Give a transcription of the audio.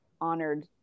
honored